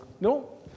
no